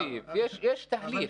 -- יש נציב, יש תהליך.